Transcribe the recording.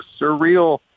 surreal